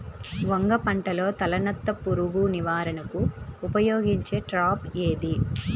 వంగ పంటలో తలనత్త పురుగు నివారణకు ఉపయోగించే ట్రాప్ ఏది?